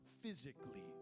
physically